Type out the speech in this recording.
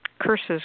curses